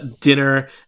dinner